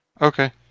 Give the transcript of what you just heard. Okay